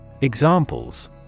Examples